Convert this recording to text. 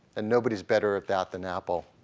and nobody is better at that than apple.